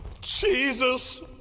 Jesus